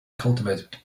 cultivated